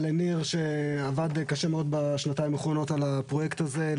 לניר שעבד קשה מאוד בשנתיים האחרונות על הפרויקט הזה,